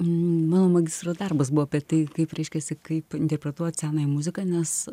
mano magistro darbas buvo apie tai kaip reiškiasi kaip interpretuot senąją muziką nes